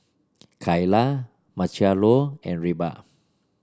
Kaila Marcelo and Reba